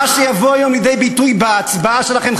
מה שיבוא היום לידי ביטוי בהצבעה שלכם,